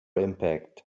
impact